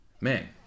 Man